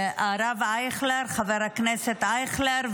חבר הכנסת הרב אייכלר,